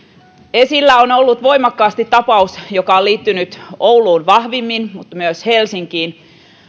esillä on on ollut voimakkaasti tapaus joka on liittynyt ouluun vahvimmin mutta myös helsinkiin